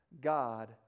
God